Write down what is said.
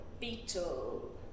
beetle